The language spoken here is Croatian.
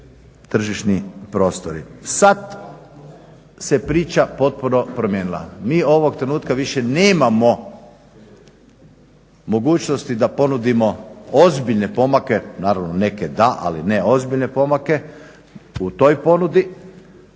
tržišni prostori. Sad se priča potpuno promijenila, mi ovog trenutka više nemamo mogućnosti da ponudimo ozbiljne pomake, naravno neke da ali ne ozbiljne pomake u toj ponudi.